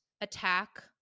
attack